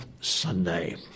Sunday